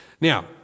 Now